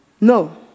No